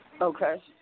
Okay